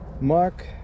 Mark